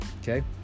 Okay